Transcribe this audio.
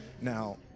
Now